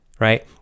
Right